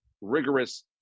rigorous